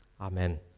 Amen